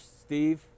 Steve